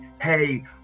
hey